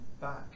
back